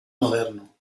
moderno